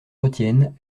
retiennent